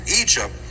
Egypt